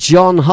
John